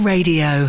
Radio